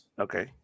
Okay